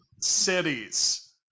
cities